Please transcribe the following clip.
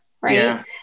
Right